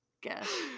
Guess